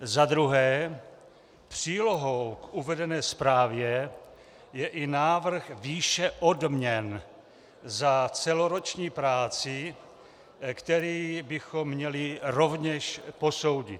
Za druhé, přílohou k uvedené zprávě je i návrh výše odměn za celoroční práci, který bychom měli rovněž posoudit.